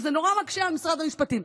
וזה נורא מקשה על משרד המשפטים.